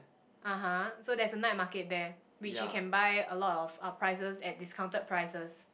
(aha) so there's a night market there which you can buy a lot of prices at discounted prices